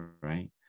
right